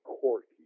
Corky